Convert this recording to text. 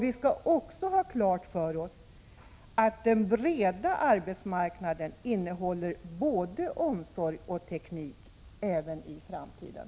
Vi skall också ha klart för oss att den breda arbetsmarknaden innehåller arbetstillfällen både inom omsorg och teknik även i framtiden.